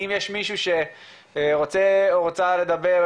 אם יש מישהו רוצה לדבר ,